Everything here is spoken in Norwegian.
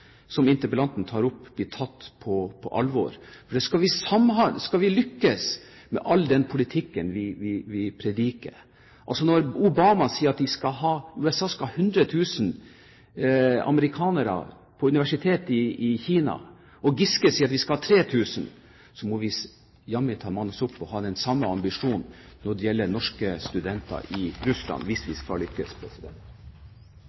som interpellanten tar opp, blir tatt på alvor. For skal vi lykkes med all den politikken vi prediker – når Obama sier at de skal ha 100 000 amerikanere på universiteter i Kina, og Giske sier at vi skal ha 3 000 – så må vi jammen manne oss opp og ha den samme ambisjonen når det gjelder norske studenter i Russland.